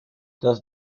does